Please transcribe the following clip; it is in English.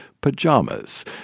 pajamas